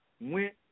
went